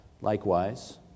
Likewise